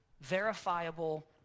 verifiable